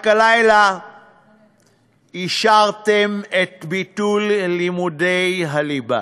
רק הלילה אישרתם את ביטול לימודי הליבה,